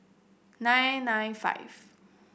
nine nine five